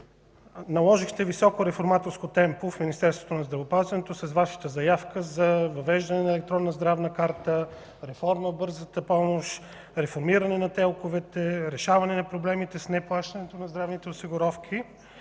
наложихте високо реформаторско темпо в Министерството на здравеопазването с Вашата заявка за въвеждане на електронна здравна карта, реформа в „Бърза помощ”, реформиране на ТЕЛК-те, решаване на проблемите с неплащането на здравните осигуровки.